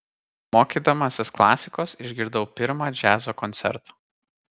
mokydamasis klasikos išgirdau pirmą džiazo koncertą